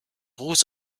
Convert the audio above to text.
ruß